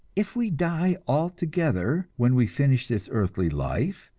if we die altogether when we finish this earthly life,